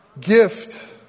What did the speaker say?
Gift